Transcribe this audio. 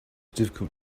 difficult